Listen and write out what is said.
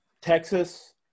Texas